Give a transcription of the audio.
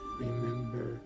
Remember